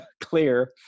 clear